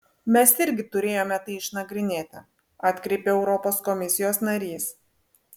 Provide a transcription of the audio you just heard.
mes irgi turėjome tai išnagrinėti atkreipė europos komisijos narys